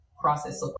process